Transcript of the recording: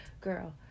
girl